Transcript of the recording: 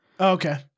Okay